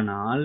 ஆனால்